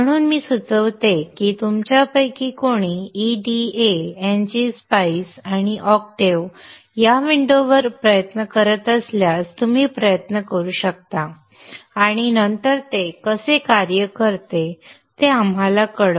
म्हणून मी सुचवितो की तुमच्यापैकी कोणी EDA ngSpice आणि ऑक्टेव्ह या विंडोवर प्रयत्न करत असल्यास तुम्ही प्रयत्न करू शकता आणि नंतर ते कसे कार्य करते ते आम्हाला कळवा